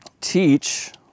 teach